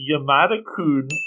Yamada-kun